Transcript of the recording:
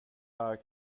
här